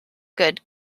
good